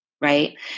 right